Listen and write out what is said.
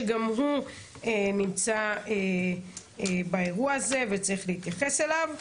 שגם הוא נמצא באירוע הזה וצריך להתייחס אליו.